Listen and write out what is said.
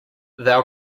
thou